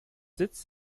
sitz